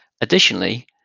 Additionally